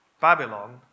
Babylon